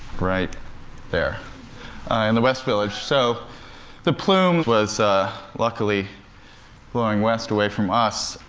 right there in the west village, so the plume was luckily blowing west, away from us.